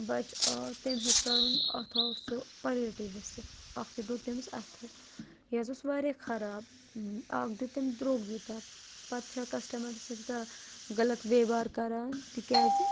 بَچہِ آو تیٚمۍ ہیوٚت کَڑُن اَتھ آو سُہ پَلیٹٕے ؤسِتھ اَکھتُے دوٚد تٔمِس اَتھٕ یہِ حظ اوس واریاہ خراب اَکھ دیُٚت تٔمۍ دروٛگ یوٗتاہ پَتہٕ چھے کَسٹمَرَس سۭتۍ یوٗتاہ غلط ویوار کَران تِکیازِ